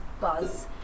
buzz